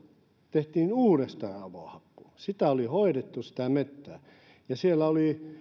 tehtiin uudestaan avohakkuu sitä metsää oli hoidettu ja siellä oli